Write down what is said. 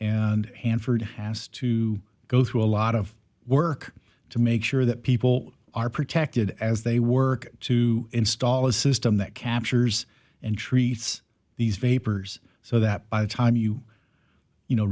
and hanford asked to go through a lot of work to make sure that people are protected as they work to install a system that captures and treats these vapors so that by the time you you know